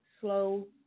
Slow